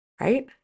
right